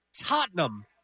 Tottenham